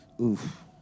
Oof